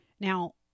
Now